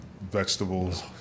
vegetables